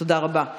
תודה רבה.